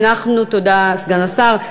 תודה, סגן השר.